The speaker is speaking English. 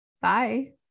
Bye